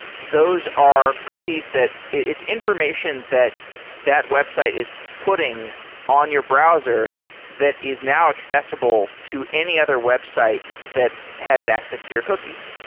those are cookies that it's information that that website is putting on your browser that is now accessible to any other website that has access to your cookies